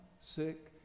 sick